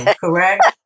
correct